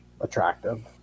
attractive